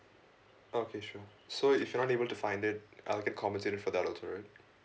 okay sure so if you're unable to find it I'll get compensated for that also right